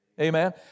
Amen